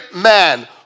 man